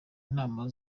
inama